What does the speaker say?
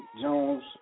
Jones